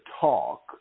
talk